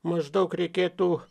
maždaug reikėtų